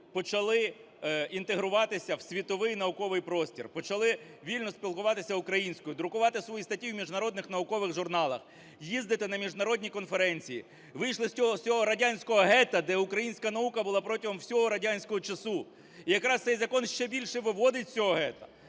почали інтегруватися в світовий науковий простір, почали вільно спілкуватися українською, друкувати свої статті в міжнародних наукових журналах, їздити на міжнародні конференції. Вийшли з цього "радянського гетто", де українська наука була протягом всього радянського часу. І якраз цей закон ще більше виводить з цього "гетто",